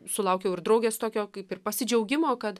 sulaukiau ir draugės tokio kaip ir pasidžiaugimo kad